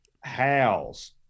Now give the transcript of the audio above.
howls